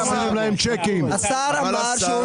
אבל השר אמר.